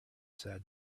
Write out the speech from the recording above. said